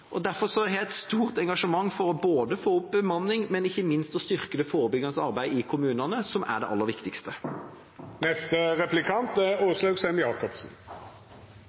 Derfor har jeg et stort engasjement for både å få opp bemanningen og ikke minst å styrke det forebyggende arbeidet i kommunene, som er det aller viktigste. En av de store utfordringene på dette området er